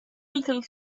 little